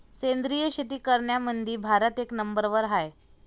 सेंद्रिय शेती करनाऱ्याईमंधी भारत एक नंबरवर हाय